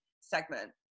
segment